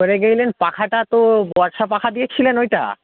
করে গেলেন পাখাটা তো বর্ষা পাখা দিয়েছিলেন ওইটা